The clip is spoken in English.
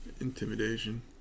intimidation